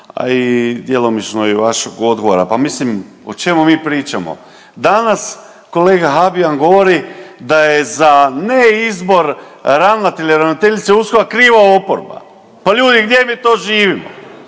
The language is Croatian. a i djelomično i vašeg odgovora. Pa mislim o čemu mi pričamo. Danas kolega Habijan govori da je za neizbor ravnatelja ili ravnateljice USKOK-a kriva oporba. Pa ljudi gdje mi to živimo?